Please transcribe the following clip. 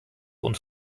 und